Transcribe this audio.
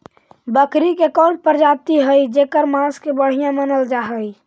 बकरी के कौन प्रजाति हई जेकर मांस के बढ़िया मानल जा हई?